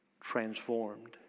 transformed